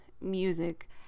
music